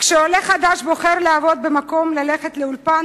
כשעולה חדש בוחר לעבוד במקום ללכת לאולפן,